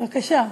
בבקשה.